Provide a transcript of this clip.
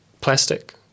plastic